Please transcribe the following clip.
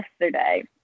yesterday